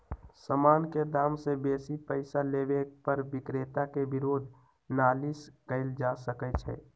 समान के दाम से बेशी पइसा लेबे पर विक्रेता के विरुद्ध नालिश कएल जा सकइ छइ